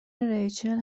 ریچل